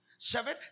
Seven